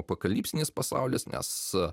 apokaliptinis pasaulis nes